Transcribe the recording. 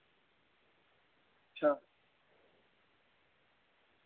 अच्छा